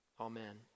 Amen